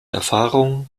erfahrung